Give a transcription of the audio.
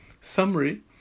summary